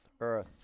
earth